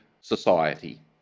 society